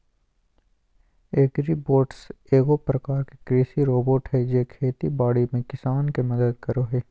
agribots एगो प्रकार के कृषि रोबोट हय जे खेती बाड़ी में किसान के मदद करो हय